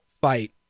fight